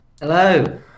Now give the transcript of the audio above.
Hello